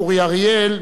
אורי אריאל,